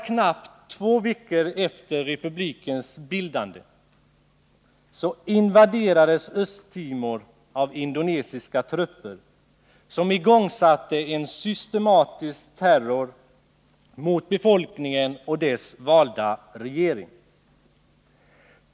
Knappt två veckor efter republikens bildande invaderades Östtimor av indonesiska trupper, som igångsatte en systematisk terror mot befolkningen och dess valda regering.